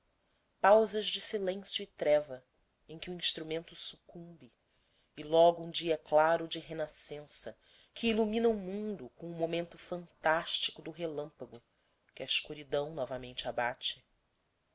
pausas de silêncio e treva em que o instrumento sucumbe e logo um dia claro de renascença que ilumina o mundo como o momento fantástico do relâmpago que a escuridão novamente abate